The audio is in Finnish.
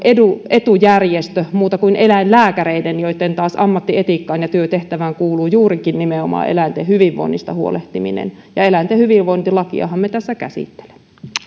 etujärjestö muuta kuin eläinlääkäreiden joitten ammattietiikkaan ja työtehtävään taas kuuluu juurikin nimenomaan eläinten hyvinvoinnista huolehtiminen ja eläinten hyvinvointilakiahan me tässä käsittelemme